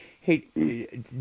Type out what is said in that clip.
Hey